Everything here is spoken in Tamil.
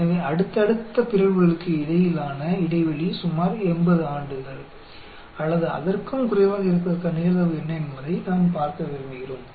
எனவே அடுத்தடுத்த பிறழ்வுகளுக்கு இடையிலான இடைவெளி சுமார் 80 ஆண்டுகள் அல்லது அதற்கும் குறைவாக இருப்பதற்கான நிகழ்தகவு என்ன என்பதை நாம் பார்க்க விரும்புகிறோம்